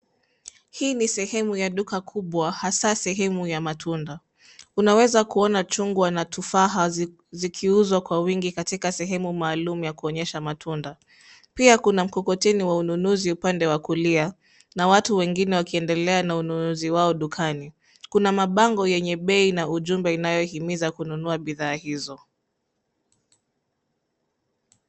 Hii ni sehemu ya duka kubwa hasa sehemu ya matunda. Unaweza kuona chungwa na tufaha zikiuzwa kwa wingi katika sehemu maalum ya kuonyesha matunda. Pia kuna mkokoteni wa ununuzi upande wa kulia na watu wengine wakiendelea na ununuzi wao dukani. Kuna mabango yenye bei na ujumbe inayohimiza kununua bidhaa hizo.